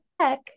tech